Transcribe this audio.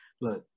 look